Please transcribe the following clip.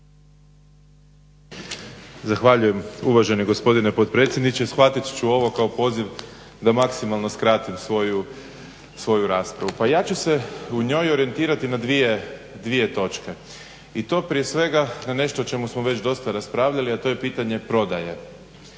Zahvaljujem uvaženi gospodine potpredsjedniče i shvatit ću ovo kao poziv da maksimalno skratim svoju raspravu. Pa ja ću se u njoj orijentirati na dvije točke i to prije svega na nešto o čemu smo već dosta raspravljali a to je pitanje prodaje